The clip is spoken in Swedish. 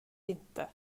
inte